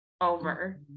over